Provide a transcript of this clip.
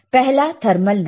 पहला thermal noise है